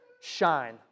shine